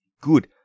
good